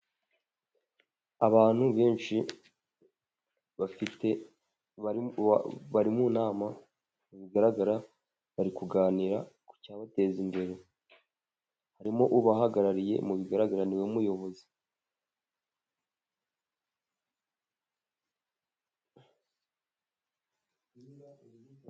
Abantu benshi bafite bari mu nama, bigaragara bari kuganira ku cyabateza imbere, harimo ubahagarariye mu bigaraga niwe muyobozi.